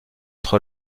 entre